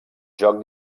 joc